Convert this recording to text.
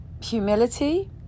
humility